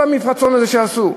כל המפרצון הזה שעשו.